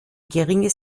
geringe